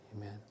Amen